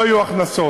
לא יהיו הכנסות.